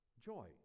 joy